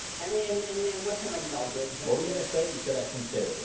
i mean and then what's it like mel gibson. what were you gonna? say you said i shouldn't say so